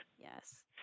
Yes